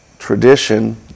tradition